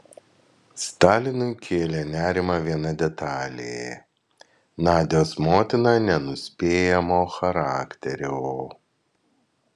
stalinui kėlė nerimą viena detalė nadios motina nenuspėjamo charakterio